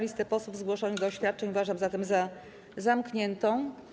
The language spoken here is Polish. Listę posłów zgłoszonych do oświadczeń uważam zatem za zamkniętą.